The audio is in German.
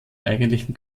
eigentlichen